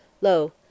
Lo